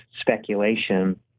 speculation